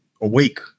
awake